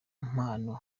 mpano